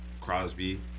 Crosby